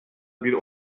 bir